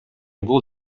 бул